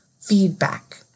feedback